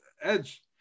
edge